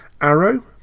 Arrow